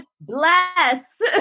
bless